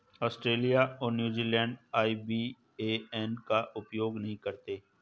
Australia और New Zealand IBAN का उपयोग नहीं करते हैं